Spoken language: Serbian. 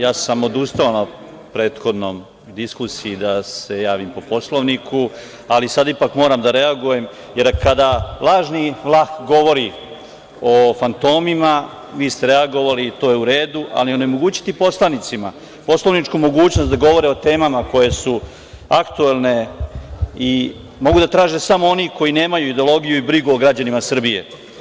Ja sam odustao na prethodnoj diskusiji da se javim po Poslovniku, ali sada ipak moram da reagujem, jer kada lažni Vlah govori o fantomima, vi ste reagovali to je u redu, ali onemogućiti poslanicima poslovničku mogućnost da govore o temama koje su aktuelne, i mogu da traže samo oni koji nemaju ideologiju i brigu o građanima Srbije.